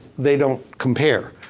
they don't compare.